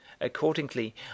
Accordingly